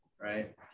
right